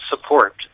support